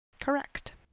Correct